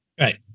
Right